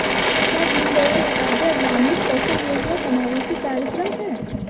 क्या दीनदयाल उपाध्याय ग्रामीण कौशल योजना समावेशी कार्यक्रम है?